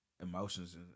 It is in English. Emotions